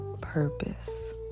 purpose